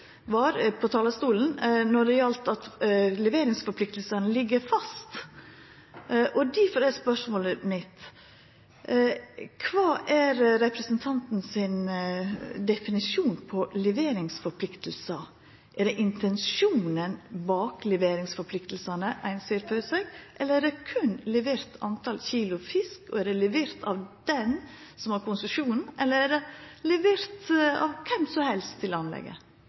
var veldig klar – sjeldan klar vil eg seia – på talarstolen da det gjaldt at leveringspliktene ligg fast. Difor er spørsmålet mitt: Kva er representanten sin definisjon på leveringsplikter? Er det intensjonen bak leveringspliktene ein ser for seg, eller er det berre talet på kilo levert fisk? Og er det levert til anlegget av han som har konsesjonen, eller er det levert av kven som helst?